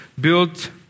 built